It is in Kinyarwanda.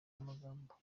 amagambo